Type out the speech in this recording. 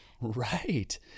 Right